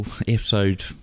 episode